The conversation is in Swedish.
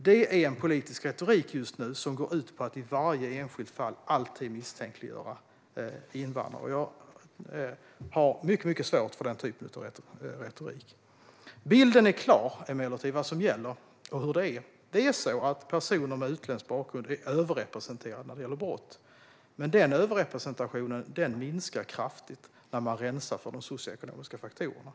Man hör en politisk retorik just nu som i varje enskilt fall alltid vill misstänkliggöra invandrare. Jag har mycket svårt för den typen av retorik. Bilden är emellertid klar. Vi vet vad som gäller och hur det är: Personer med utländsk bakgrund är överrepresenterade när det gäller brott. Men denna överrepresentation minskar kraftigt när man räknar med de socioekonomiska faktorerna.